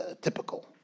typical